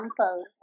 example